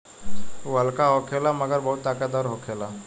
उ हल्का होखेला मगर बहुत ताकतवर होखेला